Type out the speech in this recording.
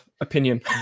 opinion